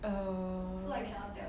err